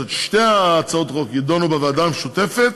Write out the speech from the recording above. ששתי הצעות החוק יידונו בוועדה המשותפת,